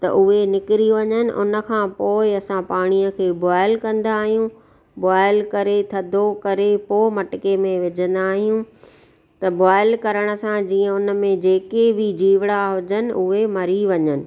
त उहे निकिरी वञनि हुन खां पोइ असां पाणीअ खे बॉइल कंदा आहियूं बॉइल करे थधो करे पो मटके में विझंदा आहियूं त बॉइल करण सां जीअं हुन में जेके बि जीवड़ा हुजनि उहे मरी वञनि